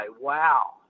wow